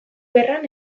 gerran